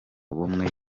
bumwe